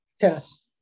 Tennis